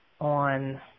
on